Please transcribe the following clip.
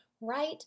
right